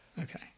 Okay